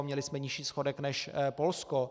Měli jsme nižší schodek než Polsko.